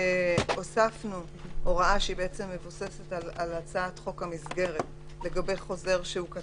הוספנו הוראה שבעצם מבוססת על הצעת חוק המסגרת לגבי חוזר שהוא קטין,